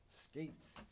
skates